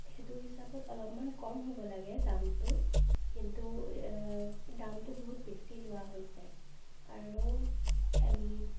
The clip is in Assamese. সেইটোৰ হিচাপত অলপমান কম হ'ব লাগে দামটো কিন্তু দামটো বহুত বেছি লোৱা হৈছে আৰু